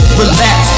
Relax